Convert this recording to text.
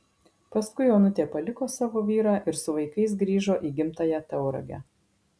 paskui onutė paliko savo vyrą ir su vaikais grįžo į gimtąją tauragę